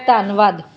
ਧੰਨਵਾਦ